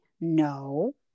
No